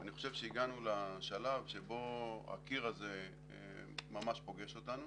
אני חושב שהגענו לשלב שבו הקיר הזה ממש פוגש אותנו.